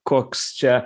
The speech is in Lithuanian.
koks čia